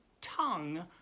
tongue